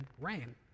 rain